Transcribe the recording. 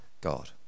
God